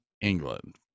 England